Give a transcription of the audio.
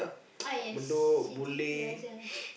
ah yes City-Plaza